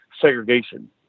segregation